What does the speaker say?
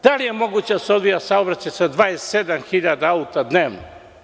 Da li je moguće da se odvija saobraćaj sa 27.000 auta dnevno?